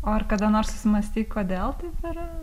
o ar kada nors susimąstei kodėl taip yra